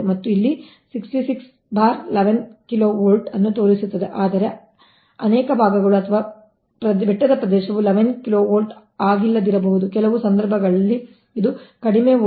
ಮತ್ತು ಇಲ್ಲಿ ಇದು 6611 kv ಅನ್ನು ತೋರಿಸುತ್ತಿದೆ ಆದರೆ ಅನೇಕ ಭಾಗಗಳು ಅಥವಾ ಬೆಟ್ಟದ ಪ್ರದೇಶವು 11 kV ಆಗಿಲ್ಲದಿರಬಹುದು ಕೆಲವು ಸಂದರ್ಭಗಳಲ್ಲಿ ಇದು ಕಡಿಮೆ ವೋಲ್ಟೇಜ್ ಮಟ್ಟವು 6